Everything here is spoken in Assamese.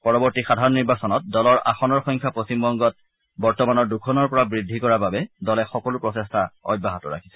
পৰৱৰ্তী সাধাৰাণ নিৰ্বাচনত দলৰ আসনৰ সংখ্যা বৰ্তমানৰ দুখনৰ পৰা বৃদ্ধি কৰাৰ বাবে দলে সকলো প্ৰচেষ্টা অব্যাহত ৰাখিছে